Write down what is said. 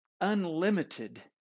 unlimited